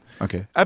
Okay